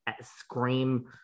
scream